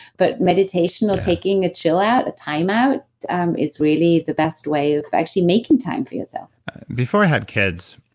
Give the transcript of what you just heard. but meditation or taking a chill out, a time out is really the best way of actually making time for yourself before i had kids,